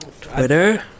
Twitter